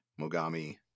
Mogami